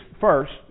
first